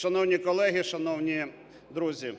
Шановні колеги, шановні друзі,